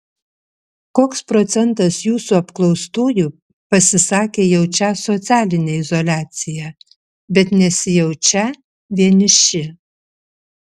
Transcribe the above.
koks procentas jūsų apklaustųjų pasisakė jaučią socialinę izoliaciją bet nesijaučią vieniši